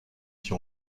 qui